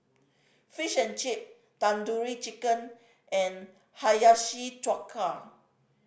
Fish and Chip Tandoori Chicken and Hiyashi Chuka